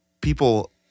people